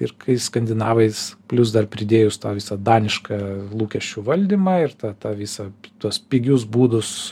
ir kai skandinavais plius dar pridėjus tą visa danišką lūkesčių valdymą ir tą tą visą tuos pigius būdus